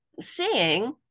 seeing